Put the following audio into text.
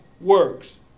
works